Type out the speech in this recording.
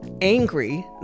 angry